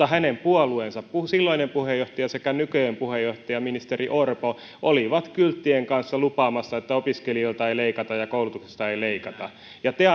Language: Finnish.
hänen puolueensa silloinen puheenjohtaja sekä nykyinen puheenjohtaja ministeri orpo olivat kylttien kanssa lupaamassa että opiskelijoilta ei leikata ja koulutuksesta ei leikata te